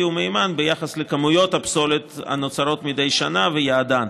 ומהימן בנוגע לכמויות הפסולת הנוצרות מדי שנה ויעדן.